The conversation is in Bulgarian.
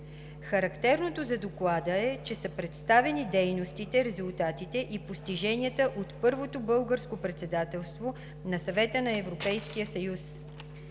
Характерното за Доклада е, че са представени дейностите, резултатите и постиженията от първото Българско председателство на Съвета на Европейския съюз.